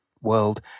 world